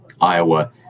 Iowa